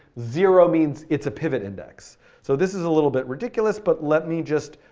zero means it's a pivotindex. so this is a little bit ridiculous, but let me just,